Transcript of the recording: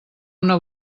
una